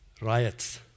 riots